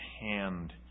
hand